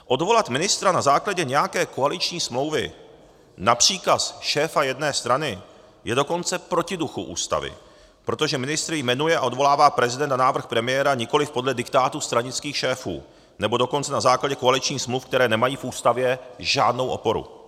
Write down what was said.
Odvolat ministra na základě nějaké koaliční smlouvy na příkaz šéfa jedné strany je dokonce proti duchu Ústavy, protože ministry jmenuje a odvolává prezident na návrh premiéra, nikoliv podle diktátu stranických šéfů, nebo dokonce na základě koaličních smluv, které nemají v Ústavě žádnou oporu.